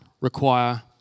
require